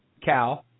Cal